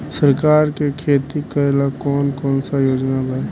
सरकार के खेती करेला कौन कौनसा योजना बा?